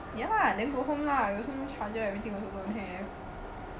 ya lah then go home lah you also no charger everything also don't have